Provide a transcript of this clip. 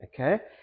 Okay